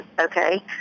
okay